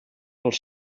els